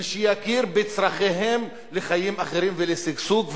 ושיכיר בצורכיהם לחיים אחרים ולשגשוג,